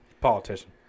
politician